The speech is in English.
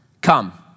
Come